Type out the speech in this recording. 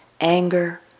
anger